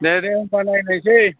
दे दे होनबालाय नायसै